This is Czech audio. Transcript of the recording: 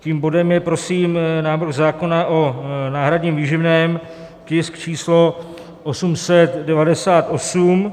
Tím bodem je prosím návrh zákona o náhradním výživném, tisk číslo 898.